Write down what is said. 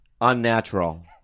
Unnatural